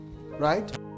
Right